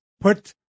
Put